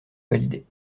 validées